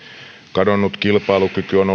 kadonnut kilpailukyky on ollut